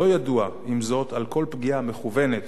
לא ידוע, עם זאת, על כל פגיעה מכוונת